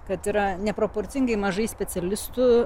kad yra neproporcingai mažai specialistų